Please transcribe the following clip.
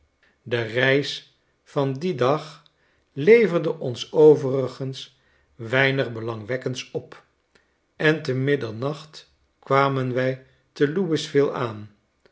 de reis van dien dag leverde ons overigens weinig belangwekkends op en te middemacht kwamen we te louisville aan